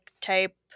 type